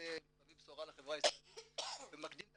שמביא בשורה לחברה הישראלית וממקדים את